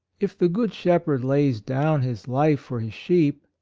if the good shepherd lays down his life for his sheep,